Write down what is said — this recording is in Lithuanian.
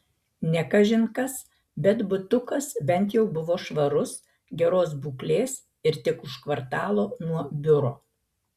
ne kažin kas bet butukas bent jau buvo švarus geros būklės ir tik už kvartalo nuo biuro